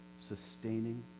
sustaining